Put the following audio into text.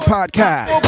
Podcast